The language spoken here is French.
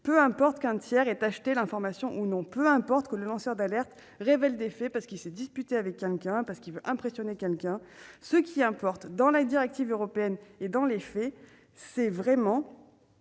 Peu importe qu'un tiers ait acheté l'information ou non. Peu importe que le lanceur d'alerte révèle des faits parce qu'il s'est disputé avec quelqu'un ou parce qu'il veut impressionner quelqu'un. Ce qui importe, dans la directive européenne et dans les faits, c'est réellement